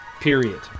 Period